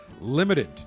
limited